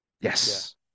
Yes